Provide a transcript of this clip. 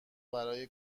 برای